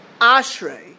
Ashrei